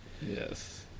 yes